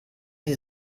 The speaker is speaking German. die